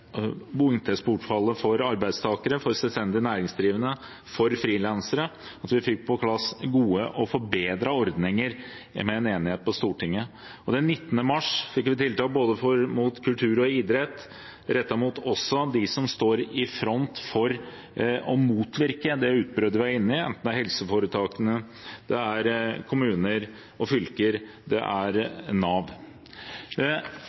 inntektsbortfallet for arbeidstakere, for selvstendig næringsdrivende og for frilansere, og vi fikk på plass gode og forbedrede ordninger med en enighet på Stortinget. Den 19. mars fikk vi tiltak både rettet mot kultur og idrett og rettet mot dem som står i front for å motvirke det utbruddet vi er inne i, enten det er helseforetakene, kommuner og fylker